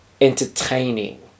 entertaining